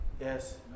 Yes